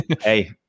hey